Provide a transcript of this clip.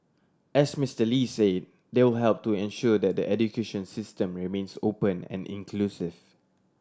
as Mister Lee say they will help to ensure that the education system remains open and inclusive